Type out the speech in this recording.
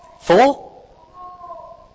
four